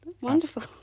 Wonderful